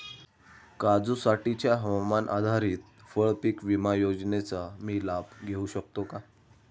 काजूसाठीच्या हवामान आधारित फळपीक विमा योजनेचा मी लाभ घेऊ शकतो का?